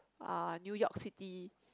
uh New York city